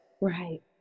right